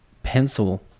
pencil